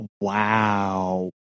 wow